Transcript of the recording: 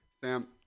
Sam